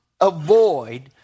avoid